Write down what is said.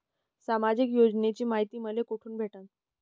सामाजिक योजनेची मायती मले कोठून भेटनं?